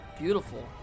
beautiful